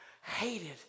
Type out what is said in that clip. hated